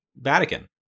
Vatican